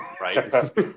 right